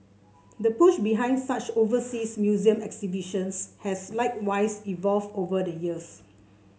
the push behind such overseas museum exhibitions has likewise evolved over the years